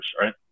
Right